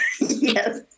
Yes